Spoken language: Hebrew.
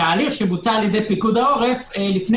התהליך שבוצע על-ידי פיקוד העורף לפני